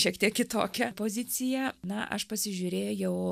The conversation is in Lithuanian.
šiek tiek kitokią poziciją na aš pasižiūrėjau